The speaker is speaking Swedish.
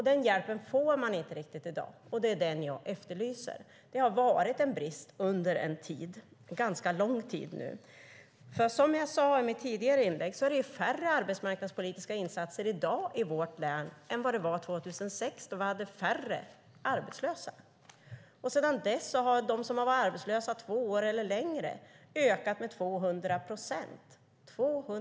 Den hjälpen får man inte riktigt i dag. Det är den jag efterlyser. Det har varit en brist under en ganska lång tid nu. Som jag sade i mitt tidigare inlägg är det färre arbetsmarknadspolitiska insatser i dag i vårt län än vad det var 2006, då vi hade färre arbetslösa. Sedan dess har antalet som har varit arbetslösa i två år eller längre ökat med 200 procent.